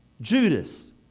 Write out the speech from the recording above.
Judas